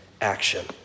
action